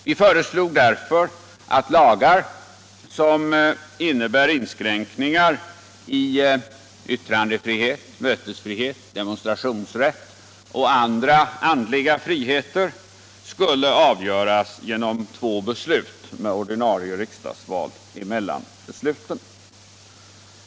Vi föreslog därför att lagar som innebär inskränkningar i yttrandefrihet, mötesfrihet, demonstrationsrätt och andra andliga rättigheter skulle avgöras genom två beslut med ordinarie riksdagsval mellan bestuten.